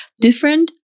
different